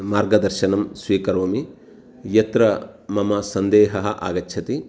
मार्गदर्शनं स्वीकरोमि यत्र मम सन्देहः आगच्छति